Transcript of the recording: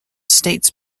states